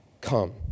come